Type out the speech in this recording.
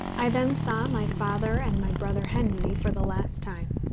i then saw my father and my brother henry for the last time.